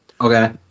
Okay